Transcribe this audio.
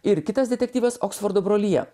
ir kitas detektyvas oksfordo brolija